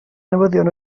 newyddion